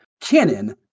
canon